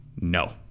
no